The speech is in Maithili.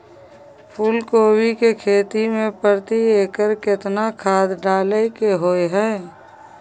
फूलकोबी की खेती मे प्रति एकर केतना खाद डालय के होय हय?